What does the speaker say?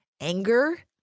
Anger